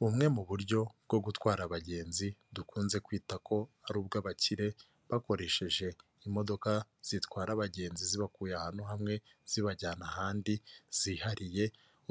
Bumwe mu buryo bwo gutwara abagenzi dukunze kwita ko ari ubw'abakire, bakoresheje imodoka zitwara abagenzi zibakuye ahantu hamwe zibajyana ahandi zihariye,